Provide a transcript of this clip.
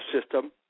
system